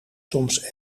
soms